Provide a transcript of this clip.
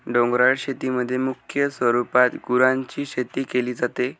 डोंगराळ शेतीमध्ये मुख्य स्वरूपात गुरांची शेती केली जाते